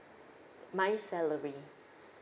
my salary